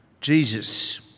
Jesus